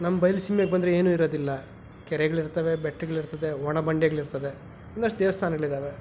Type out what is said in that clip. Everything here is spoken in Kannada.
ನಮ್ಮ ಬಯಲ್ಸೀಮೆಗೆ ಬಂದರೆ ಏನು ಇರೋದಿಲ್ಲ ಕೆರೆಗಳು ಇರ್ತವೆ ಬೆಟ್ಟೆಗಳು ಇರ್ತದೆ ಒಣಬಂಡೆಗಳು ಇರ್ತದೆ ಒಂದಷ್ಟು ದೇವಸ್ಥಾನಗಳು ಇದ್ದಾವೆ